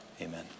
Amen